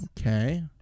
Okay